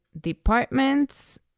departments